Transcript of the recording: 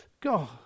God